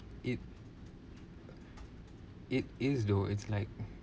it it is the worse like